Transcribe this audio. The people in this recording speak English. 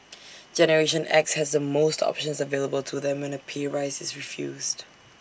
generation X has the most options available to them when A pay rise is refused